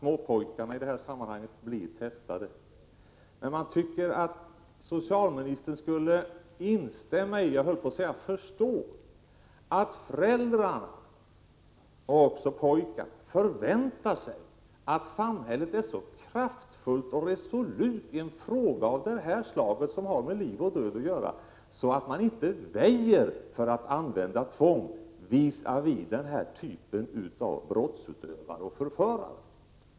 hindra missbruk av sjukförsäkringssystemet Man tycker dock att socialministern skulle instämma i och förstå att föräldrarna och pojkarna förväntar sig att samhället är så kraftfullt och resolut i en fråga av detta slag, som har med liv och död att göra, att man inte väjer för att använda tvång när det gäller denna typ av brottsutövare och förförare.